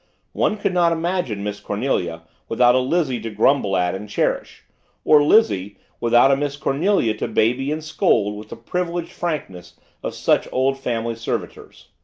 one could not imagine miss cornelia without a lizzie to grumble at and cherish or lizzie without a miss cornelia to baby and scold with the privileged frankness of such old family servitors.